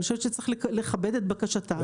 אני חושבת שצריך לכבד את בקשתם.